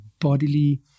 bodily